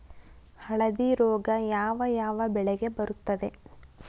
ಹಳದಿ ರೋಗ ಯಾವ ಯಾವ ಬೆಳೆಗೆ ಬರುತ್ತದೆ?